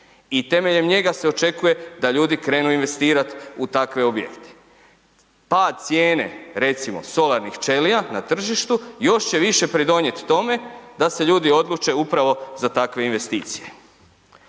i temeljem njega se očekuje da ljudi krenu investirat u takve objekte. Pad cijene recimo solarnih ćelija na tržištu još će više pridonijet tome da se ljudi odluče upravo za takve investicije.